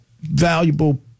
valuable